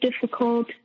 difficult